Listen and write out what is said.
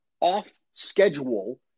off-schedule